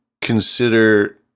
consider